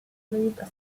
lived